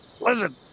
listen